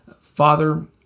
Father